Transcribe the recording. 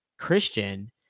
Christian